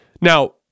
Now